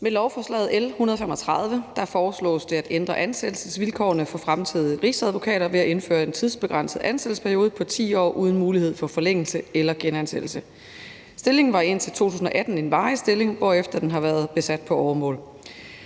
Med lovforslag L 135 foreslås det at ændre ansættelsesvilkårene for fremtidige rigsadvokater ved at indføre en tidsbegrænset ansættelsesperiode på 10 år uden mulighed for forlængelse eller genansættelse. Stillingen var indtil 2018 en varig stilling, hvorefter den har været besat på åremål.